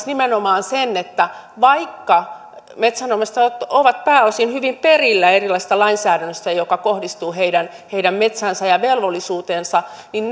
nimenomaan sen että vaikka metsänomistajat ovat pääosin hyvin perillä erilaisista lainsäädännöistä jotka kohdistuvat heidän heidän metsäänsä ja velvollisuuteensa niin